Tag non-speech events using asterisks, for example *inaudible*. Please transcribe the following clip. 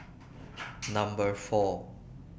*noise* Number four